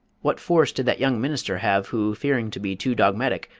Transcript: what force did that young minister have who, fearing to be too dogmatic,